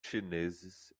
chineses